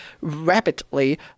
rapidly